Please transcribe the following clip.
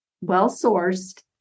well-sourced